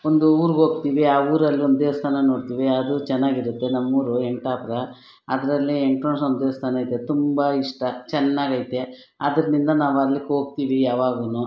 ಒಂದು ಊರ್ಗೋಗ್ತಿವಿ ಆ ಊರಲ್ಲೊಂದು ದೇವಸ್ಥಾನ ನೋಡ್ತಿವಿ ಅದು ಚೆನ್ನಾಗಿರುತ್ತೆ ನಮ್ಮೂರು ವೆಂಕಟಾಪುರ ಅದರಲ್ಲಿ ವೆಂಕ್ಟ್ರಣ ಸ್ವಾಮಿ ದೇವಸ್ಥಾನ ಐತೆ ತುಂಬ ಇಷ್ಟ ಚೆನ್ನಾಗೈತೆ ಅದರಿಂದ ನಾವು ಅಲ್ಲಿಗೆ ಹೋಗ್ತಿವಿ ಯಾವಾಗು